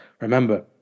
remember